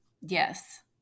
yes